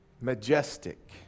majestic